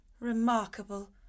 Remarkable